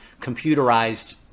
computerized